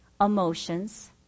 emotions